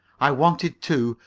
i wanted too,